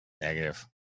Negative